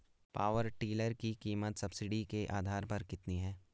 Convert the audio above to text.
Power tiller की कीमत subsidy के आधार पर कितनी है?